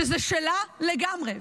שזה שלה לגמרי.